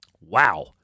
Wow